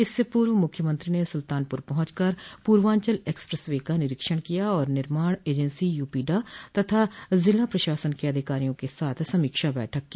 इससे पूर्व मुख्यमंत्री ने सुल्तानपर पहुंच कर पूर्वांचल एक्सप्रेस वे का निरीक्षण किया और निर्माण एजेंसी यूपीडा तथा जिला प्रशासन के अधिकारियों के साथ समीक्षा बैठक की